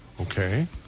Okay